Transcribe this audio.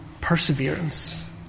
perseverance